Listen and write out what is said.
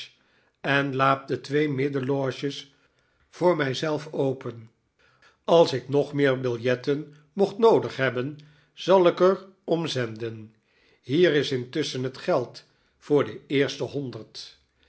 en laat de twee midden loges voor mij zelven open als ik nog meer biljetten mocht noodig hebben zal ik er om zendenhier is intusschen het geld voor de eerste honderd